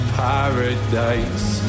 paradise